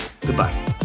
goodbye